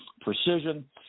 precision